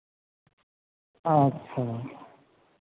अच्छा